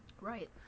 Right